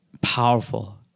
powerful